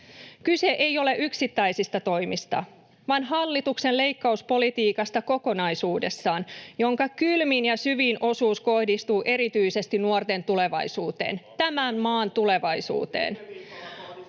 Kyse ei ole yksittäisistä toimista vaan hallituksen leikkauspolitiikasta kokonaisuudessaan, jonka kylmin ja syvin osuus kohdistuu erityisesti nuorten tulevaisuuteen — tämän maan tulevaisuuteen.